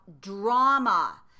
drama